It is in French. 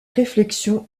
réflexion